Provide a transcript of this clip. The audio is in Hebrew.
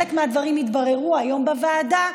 וחלק מהדברים התבררו היום בוועדה,